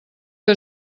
que